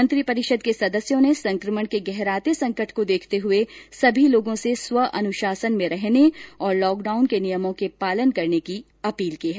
मंत्रिपरिषद के सदस्यों ने संक्रमण के गहराते संकट देखते हुए सभी लोगों से स्वअनुशासन में रहने तथा लॉकडाउन के नियमों का पालन करने की अपील की है